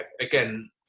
again